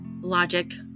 logic